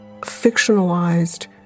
fictionalized